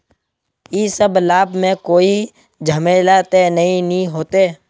इ सब लाभ में कोई झमेला ते नय ने होते?